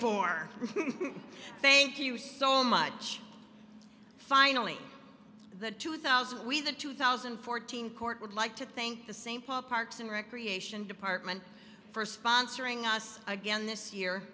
for thank you so much finally the two thousand we the two thousand and fourteen court would like to thank the st paul parks and recreation department for sponsoring us again this year